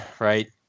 right